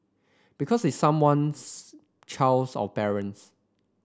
because it's someone's child's or parents